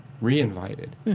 re-invited